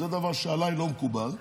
זה דבר שלא מקובל עליי,